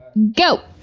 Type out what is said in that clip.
go!